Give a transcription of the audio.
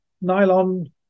nylon